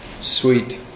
sweet